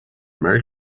merry